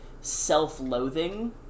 self-loathing